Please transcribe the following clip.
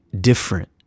different